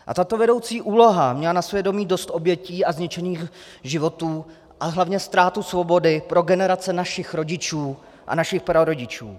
A tato vedoucí úloha měla na svědomí dost obětí a zničených životů a hlavně ztrátu svobody pro generace našich rodičů a našich prarodičů.